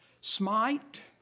smite